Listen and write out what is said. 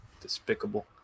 Despicable